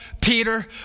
Peter